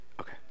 Okay